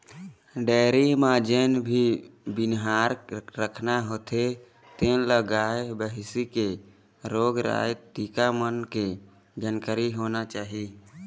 dairy म जेन भी बनिहार राखना होथे तेन ल गाय, भइसी के रोग राई, टीका मन के जानकारी होना चाही